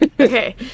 okay